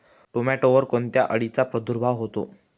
टोमॅटोवर कोणत्या अळीचा प्रादुर्भाव होतो?